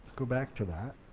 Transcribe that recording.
go back to that,